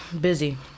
Busy